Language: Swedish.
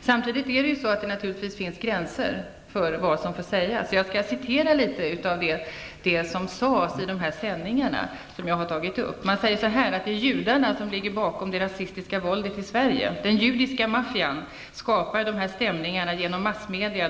Samtidigt finns naturligtvis gränser för vad som får sägas. Jag skall återge litet av vad som sades i dessa sändningar. Man sade bl.a. så här: Det är judarna som ligger bakom det rasistiska våldet i Sverige. Den judiska maffian skapar de här stämningarna genom massmedia.